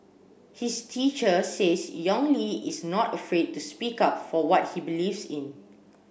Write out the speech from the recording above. his teacher says Yong Li is not afraid to speak up for what he believes in